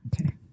Okay